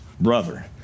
brother